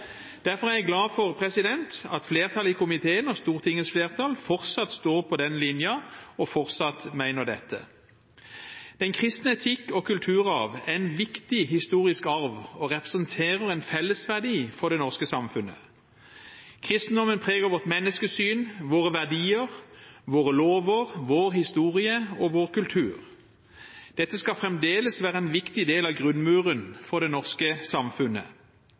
Derfor er jeg glad for at flertallet i komiteen og Stortingets flertall fortsatt står på den linjen og fortsatt mener dette. Den kristne etikk og kulturarv er en viktig historisk arv og representerer en fellesverdi for det norske samfunnet. Kristendommen preger vårt menneskesyn, våre verdier, våre lover, vår historie og vår kultur. Dette skal fremdeles være en viktig del av grunnmuren for det norske samfunnet.